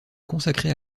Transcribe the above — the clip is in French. consacrer